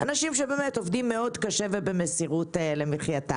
אנשים שבאמת עובדים מאוד קשה ובמסירות למחייתם.